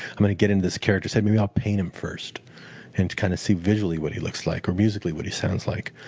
i'm going to get into this character's head. maybe i'll paint him first and kind of see visually what he looks like, or musically what he sounds like.